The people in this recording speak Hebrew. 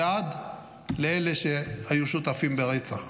ועד לאלה שהיו שותפים ברצח.